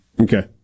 Okay